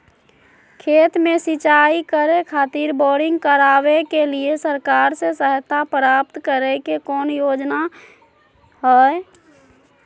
खेत में सिंचाई करे खातिर बोरिंग करावे के लिए सरकार से सहायता प्राप्त करें के कौन योजना हय?